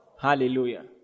Hallelujah